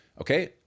okay